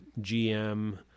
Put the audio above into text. GM